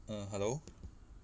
err hello